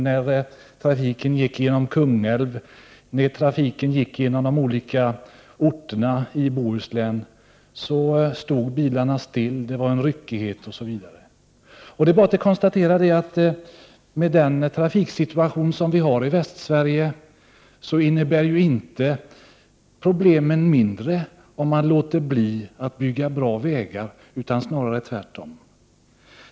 När trafiken gick genom Kungälv och genom de olika orterna i Bohuslän, stod bilarna stilla, det uppstod ryckighet osv. Det är bara att konstatera att med den trafiksituation som vi har i Västsverige blir inte problemen mindre om man låter bli att bygga bra vägar, utan snarare tvärtom.